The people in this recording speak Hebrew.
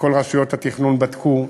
וכל רשויות התכנון בדקו,